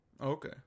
Okay